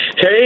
Hey